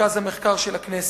במרכז המחקר של הכנסת.